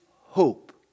hope